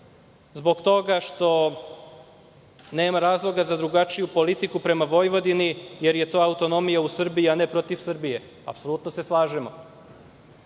zbog toga što nema razloga za drugačiju politiku prema Vojvodini, jel je to autonomija u Srbiji a ne protiv Srbije. Apsolutno se slažemo.